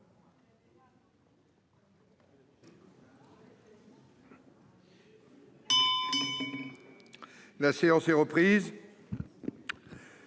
La séance est reprise.